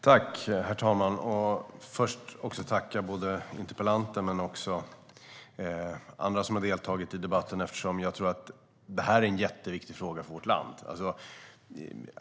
Herr talman! Först ska jag tacka interpellanten och den andra ledamoten som har deltagit i debatten. Jag tror nämligen att det här är en jätteviktig fråga för vårt land.